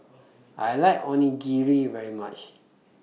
I like Onigiri very much